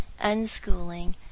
unschooling